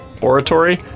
Oratory